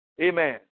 Amen